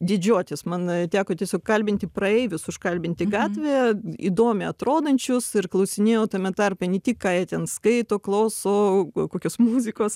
didžiuotis man teko tiesiog kalbinti praeivius užkalbinti gatvėje įdomiai atrodančius ir klausinėjau tame tarpe ne tik ką jie ten skaito klauso kokios muzikos